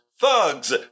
thugs